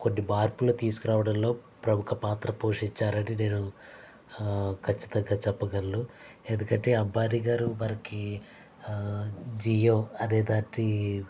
కొన్ని మార్పులు తీసుకురావడంలో ప్రముఖ పాత్ర పోషించారని నేను ఖచ్చితంగా చెప్పగలను ఎందుకంటే అంబానీ గారు మనకి జియో అనేదాన్ని